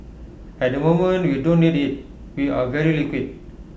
at the moment we don't need IT we are very liquid